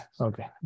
Okay